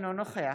אינו נוכח